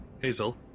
Hazel